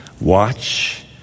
watch